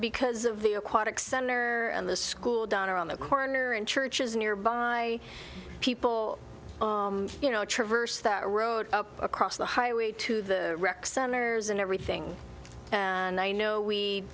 because of the aquatic center and the school down around the corner and churches nearby people you know traverse that road across the highway to the rec centers and everything and i know we